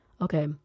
okay